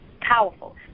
powerful